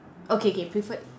okay K preferred